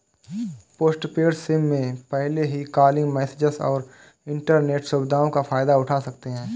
postpaid SIM में पहले ही कॉलिंग, मैसेजस और इन्टरनेट सुविधाओं का फायदा उठा सकते हैं